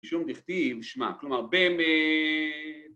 ‫שום וכתיב שמע כלומר, במה...